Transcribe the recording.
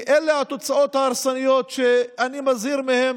כי אלה התוצאות ההרסניות שאני מזהיר מהן,